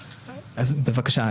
בבקשה,